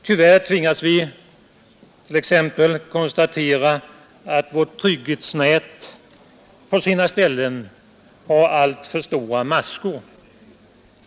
Tyvärr tvingas vi t.ex. konstatera att vårt trygghetsnät på sina ställen har alltför stora maskor.